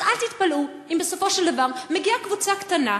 אז אל תתפלאו אם בסופו של דבר מגיעה קבוצה קטנה,